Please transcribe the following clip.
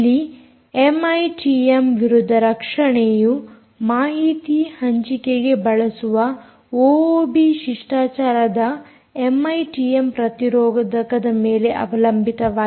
ಇಲ್ಲಿ ಎಮ್ಐಟಿಎಮ್ ವಿರುದ್ಧ ರಕ್ಷಣೆಯು ಮಾಹಿತಿ ಹಂಚಿಕೆಗೆ ಬಳಸುವ ಓಓಬಿಶಿಷ್ಟಾಚಾರದ ಎಮ್ಐಟಿಎಮ್ ಪ್ರತಿರೋಧಕದ ಮೇಲೆ ಅವಲಂಬಿತವಾಗಿದೆ